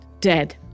dead